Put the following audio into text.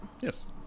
Yes